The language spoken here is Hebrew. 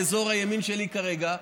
באזור הימין שלי כרגע,